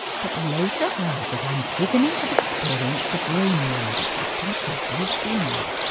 but later heard that antigone had experienced a brainwave at captain sodbury's funeral.